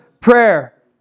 prayer